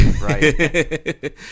Right